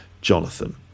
Jonathan